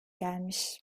gelmiş